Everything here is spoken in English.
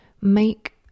make